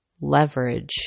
leverage